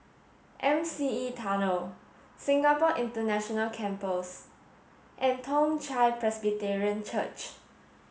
M C E Tunnel Singapore International Campus and Toong Chai Presbyterian Church